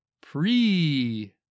Pre-